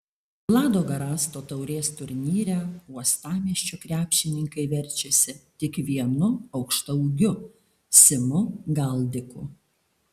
vlado garasto taurės turnyre uostamiesčio krepšininkai verčiasi tik vienu aukštaūgiu simu galdiku